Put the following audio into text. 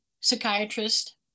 psychiatrist